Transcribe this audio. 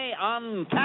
on